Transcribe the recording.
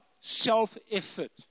self-effort